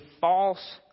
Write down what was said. false